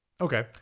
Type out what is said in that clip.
Okay